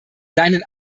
seinen